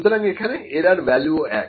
সুতরাং এখানে এরার ভ্যালুও এক